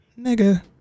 Nigga